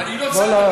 אני לא צד,